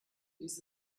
dies